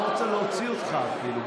לא רוצה להוציא אותך אפילו.